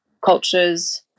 cultures